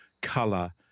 color